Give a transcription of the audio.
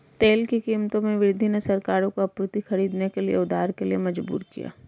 तेल की कीमतों में वृद्धि ने सरकारों को आपूर्ति खरीदने के लिए उधार के लिए मजबूर किया